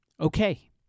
Okay